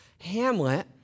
Hamlet